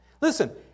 Listen